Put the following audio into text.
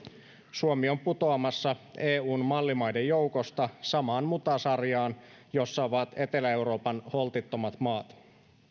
suomi on putoamassa eun mallimaiden joukosta samaan mutasarjaan jossa ovat etelä euroopan holtittomat maat